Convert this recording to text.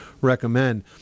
recommend